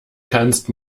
kannst